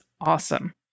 awesome